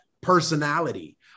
personality